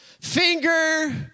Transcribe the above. finger